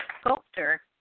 sculptor